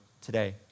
today